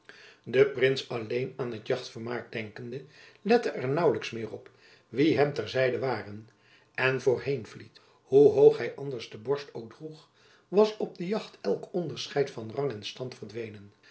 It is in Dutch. de prins alleen aan het jachtvermaak denkende lette er naauwelijks meer op wie hem ter zijde waren en voor heenvliet hoe hoog hy anders de borst ook droeg was op de jacht elk onderscheid van rang en stand verdwenen